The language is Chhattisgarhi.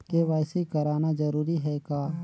के.वाई.सी कराना जरूरी है का?